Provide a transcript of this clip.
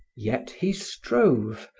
yet he strove,